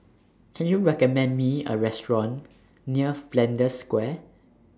Can YOU recommend Me A Restaurant near Flanders Square